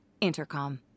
Intercom